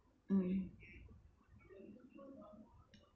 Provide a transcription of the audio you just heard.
mm